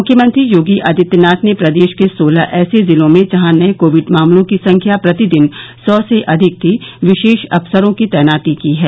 मुख्यमंत्री योगी आदित्यनाथ ने प्रदेश के सोलह ऐसे जिलों में जहां नये कोविड मामलों की संख्या प्रतिदिन सौ से अधिक थी विशेष अफसरों की तैनाती की है